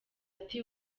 ati